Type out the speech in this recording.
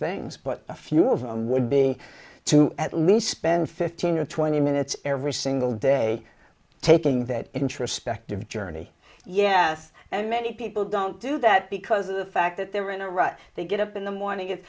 things but a few of them would be to at least spend fifteen or twenty minutes every single day taking that introspective journey yes and many people don't do that because of the fact that they're in a rut they get up in the morning is